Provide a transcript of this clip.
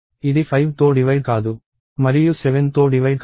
ఇది 5తో డివైడ్ కాదు మరియు 7తో డివైడ్ కాదు